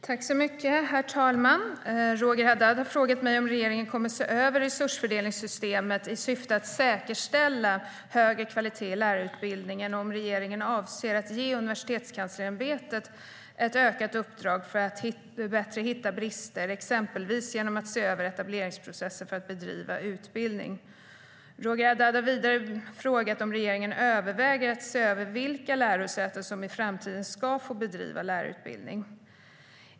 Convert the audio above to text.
Herr talman! Roger Haddad har frågat mig om regeringen kommer att se över resursfördelningssystemet i syfte att säkerställa högre kvalitet i lärarutbildningen och om regeringen avser att ge Universitetskanslersämbetet ett ökat uppdrag för att bättre hitta brister, exempelvis genom att se över etableringsprocessen för att bedriva utbildning. Roger Haddad har vidare frågat om regeringen överväger att se över vilka lärosäten som i framtiden ska få bedriva lärarutbildning.